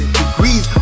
degrees